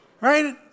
right